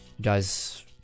guys